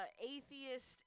atheist